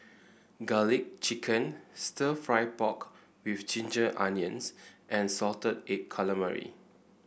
garlic chicken stir fry pork with Ginger Onions and Salted Egg Calamari